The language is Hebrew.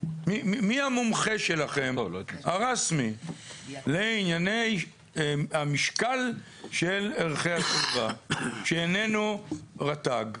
מי המומחה שלכם הרשמי לענייני המשקל של ערכי הסביבה שאיננו רט"ג?